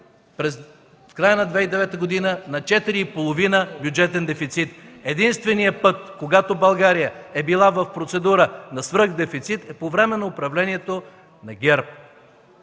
в края на 2009 г. на четири и половина бюджетен дефицит. Единственият път, когато България е била в процедура на свръхдефицит е по време на управлението на ГЕРБ